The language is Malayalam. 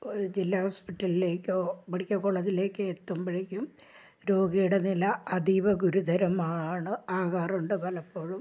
ഒരു ജില്ലാ ഹോസ്പിറ്റലിലേക്കോ മെഡിക്കൽ കോളേജിലേക്കോ എത്തുമ്പോഴേക്കും രോഗിയുടെ നില അതീവ ഗുരുതരമാണ് ആകാറുണ്ട് പലപ്പോഴും